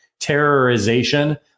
terrorization